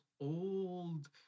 old